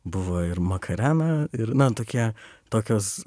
buvo ir makarena ir na tokie tokios